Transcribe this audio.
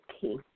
key